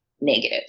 negative